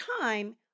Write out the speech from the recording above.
time